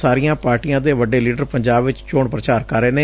ਸਾਰੀਆਂ ਪਾਰਟੀਆਂ ਦੇ ਵੱਡੇ ਲੀਡਰ ਪੰਜਾਬ ਵਿਚ ਚੋਣ ਪ੍ਰਚਾਰ ਕਰ ਰਹੇ ਨੇ